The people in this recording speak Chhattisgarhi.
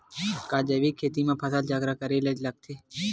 का जैविक खेती म फसल चक्र करे ल लगथे?